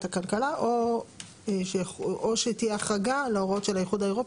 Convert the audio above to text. הכלכלה או שתהיה החרגה להוראות של האיחוד האירופי,